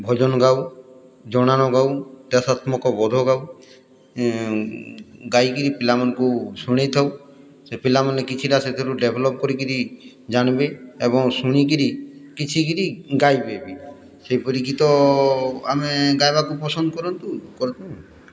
ଭଜନ ଗାଉ ଜଣାଣ ଗାଉ ଦେଶାତ୍ମକବୋଧ ଗାଉ ଗାଇ କରି ପିଲାମାନଙ୍କୁ ଶୁଣାଇ ଥାଉ ସେ ପିଲାମାନେ କିଛିଟା ସେଥୁରୁ ଡେଭଲପ୍ କରିକରି ଜାଣିବେ ଏବଂ ଶୁଣିକରି କିଛି କରି ଗାଇବେ ବି ସେପରି ଗୀତ ଆମେ ଗାଇବାକୁ ପସନ୍ଦ କରନ୍ତୁ କରୁ